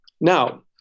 Now